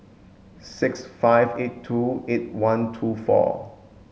six five eight two eight one two four